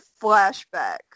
flashback